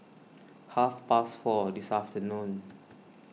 half past four this afternoon